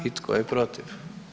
I tko je protiv?